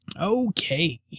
Okay